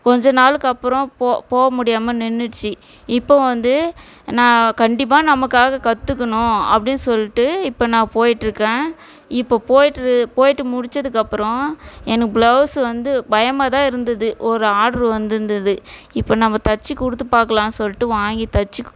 கொஞ்ச நாளுக்கு அப்புறம் போக போக முடியாமல் நின்றுடுச்சி இப்போது வந்து நான் கண்டிப்பாக நமக்காக கற்றுக்கணும் அப்படின்னு சொல்லிட்டு இப்போ நான் போயிட்டிருக்கேன் இப்போ போயிட்டு போயிட்டு முடிச்சதுக்கப்புறம் எனக்கு பிளவுஸ் வந்து பயமாக தான் இருந்தது ஒரு ஆட்ரு வந்துருந்தது இப்போ நம்ம தச்சு கொடுத்து பார்க்கலான்னு சொல்லிட்டு வாங்கி தச்சு